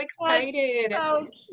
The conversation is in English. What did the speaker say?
excited